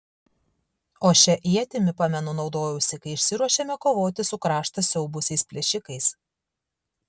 o šia ietimi pamenu naudojausi kai išsiruošėme kovoti su kraštą siaubusiais plėšikais